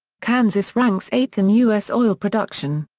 kansas ranks eighth in u s. oil production.